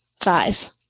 five